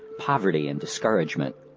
poverty and discouragement.